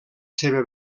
seva